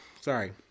sorry